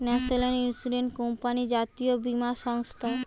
national insurance company জাতীয় বীমা সংস্থা